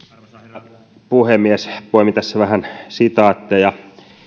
arvoisa herra puhemies poimin tässä vähän sitaatteja